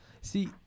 See